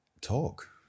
talk